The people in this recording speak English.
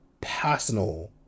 personal